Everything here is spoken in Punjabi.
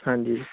ਹਾਂਜੀ